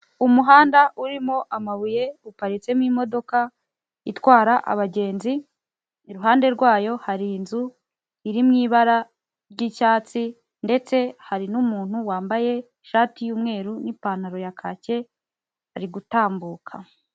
Umuhanda urimo amabuye uparitsemo imodoka itwara abagenzi, iruhande rwayo hari inzu iri mu ibara ry'icyatsi ndetse hari n'umuntu wambaye ishati y'umweru n'ipantaro ya kake ari gutambuka.